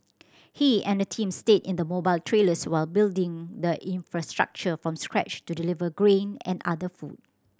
he and a team stayed in mobile trailers while building the infrastructure from scratch to deliver grain and other food